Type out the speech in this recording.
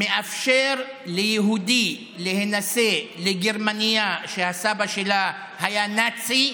מאפשרת ליהודי להינשא לגרמניה שהסבא שלה היה נאצי,